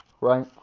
right